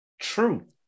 True